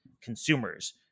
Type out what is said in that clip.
consumers